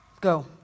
Go